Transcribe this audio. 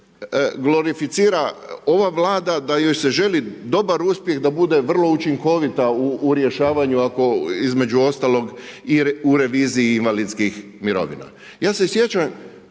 se glorificira ova Vlada da joj se želi dobar uspjeh da bude vrlo učinkovita u rješavanju, između ostalog u reviziji invalidskih mirovina. Ja se sjećam